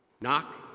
Knock